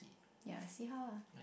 ya see how lah